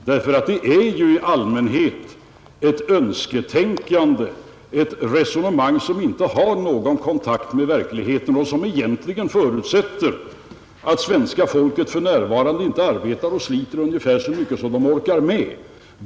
Den bygger ju i allmänhet på ett önsketänkande, ett resonemang som inte har kontakt med verkligheten och som egentligen förutsätter att svenska folket för närvarande inte arbetar och sliter ungefär så mycket som det orkar med.